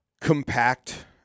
compact